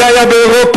זה היה באירופה,